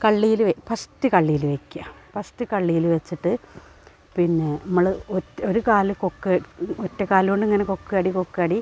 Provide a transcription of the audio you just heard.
കള്ളിയിൽ വെ ഫസ്റ്റു കള്ളിയിൽ വെയ്ക്കുക ഫസ്റ്റ് കള്ളിയിൽ വെച്ചിട്ടു പിന്നേ ഇമ്മൾ ഒറ്റ ഒരു കാലു കൊക്ക ഒറ്റ കാലു കൊണ്ടിങ്ങനെ കൊക്കടി കൊക്കടി